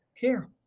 care